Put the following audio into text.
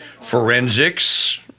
forensics